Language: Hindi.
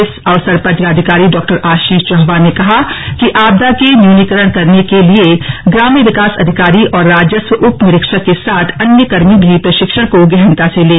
इस अवसर पर जिलाधिकारी डॉ आशीष चौहान ने कहा कि आपदा के न्यूनीकरण करने के लिए ग्राम्य विकास अधिकारी और राजस्व उप निरीक्षक के साथ अन्य कर्मी भी प्रशिक्षण को गहनता से लें